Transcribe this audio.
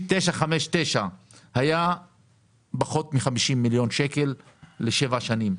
959 היה סכום של פחות מ-50 מיליון שקלים לשבע שנים.